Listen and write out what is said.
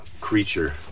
creature